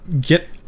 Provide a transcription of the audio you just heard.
get